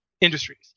industries